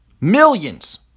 Millions